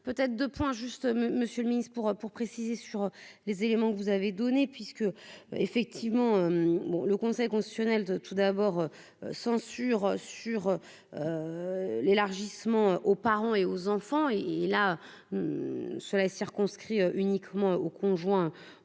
peut être 2, juste Monsieur le Ministre pour pour préciser sur les éléments que vous avez donnés puisque, effectivement, le Conseil constitutionnel, tout d'abord, censure sur l'élargissement aux parents et aux enfants, et là, cela est circonscrit uniquement aux conjoints